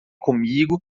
comigo